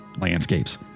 landscapes